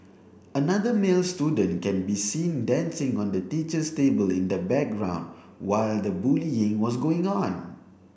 another male student can be seen dancing on the teacher's table in the background while the bullying was going on